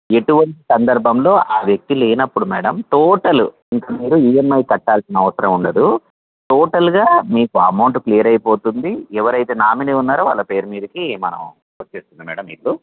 ఎటువంటి సందర్భంలో ఆ వ్యక్తి లేనప్పుడు మేడమ్ టోటలు ఇంకా మీరు ఈ ఎమ్ ఐ కట్టాల్సిన అవసరం ఉండదు టోటల్గా మీకు అమౌంట్ క్లియర్ అయిపోతుంది ఎవరు అయితే నామినీ ఉన్నారో వాళ్ళ పేరు మీదికి మనం వచ్చేస్తుంది మేడమ్ ఇల్లు